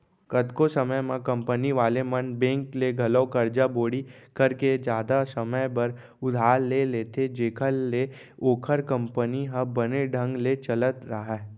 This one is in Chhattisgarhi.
कतको समे म कंपनी वाले मन बेंक ले घलौ करजा बोड़ी करके जादा समे बर उधार ले लेथें जेखर ले ओखर कंपनी ह बने ढंग ले चलत राहय